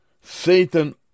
Satan